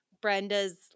Brenda's